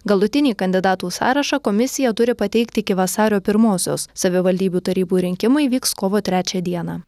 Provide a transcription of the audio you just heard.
galutinį kandidatų sąrašą komisija turi pateikti iki vasario pirmosios savivaldybių tarybų rinkimai vyks kovo trečią dieną